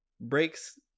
breaks